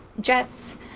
Jets